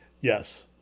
Yes